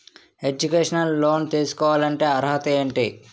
Educational loan తీసుకోవాలంటే అర్హత ఏంటి?